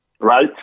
Right